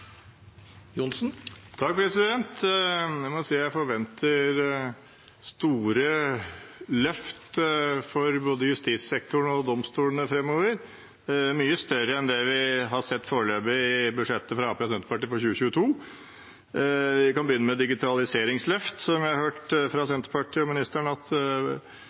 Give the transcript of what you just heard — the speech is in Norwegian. Jeg forventer store løft for både justissektoren og domstolene framover, mye større enn det vi har sett foreløpig i budsjettet fra Arbeiderpartiet og Senterpartiet for 2022. Vi kan begynne med digitaliseringsløftet, som vi har hørt fra Senterpartiet og statsråden at